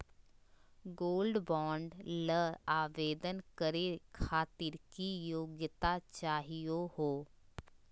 Gold bond ल आवेदन करे खातीर की योग्यता चाहियो हो?